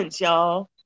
y'all